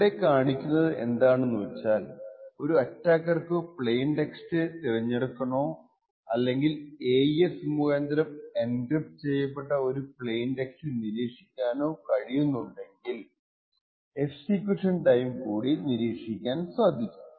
ഇവിടെ കാണിക്കുന്നത് എന്താണെന്നുവച്ചാൽ ഒരു അറ്റാക്കർക്കു പ്ലെയിൻ ടെക്സ്റ്റ് തിരഞ്ഞെടുക്കണോ അല്ലെങ്കിൽ AES മുഖാന്തിരം എൻക്രിപ്ട് ചെയ്യപ്പെട്ട ഒരു പ്ലെയിൻ ടെക്സ്റ്റ് നിരീക്ഷിക്കാനോ കഴിയുന്നുണ്ടെങ്കിൽ എക്സിക്യൂഷൻ ടൈം കൂടി നിരീക്ഷിക്കും